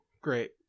great